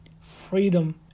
Freedom